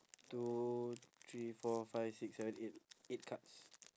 two three four five six seven eight eight cards